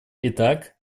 итак